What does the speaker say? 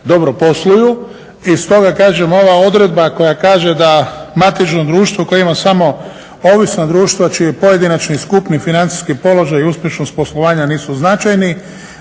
dobro posluju i stoga kažem ova odredba koja kaže da matično društvo koje ima samo ovisno društvo čije pojedinačni, skupni, financijski položaj i uspješnost poslovanja nisu značajni